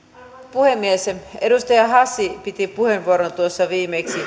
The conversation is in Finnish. puhemies edustaja hassi piti puheenvuoron tuossa viimeksi ja